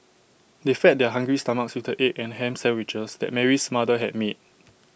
they fed their hungry stomachs with the egg and Ham Sandwiches that Mary's mother had made